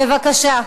בבקשה.